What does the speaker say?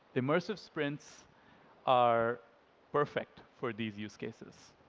immersive sprints are perfect for these use cases.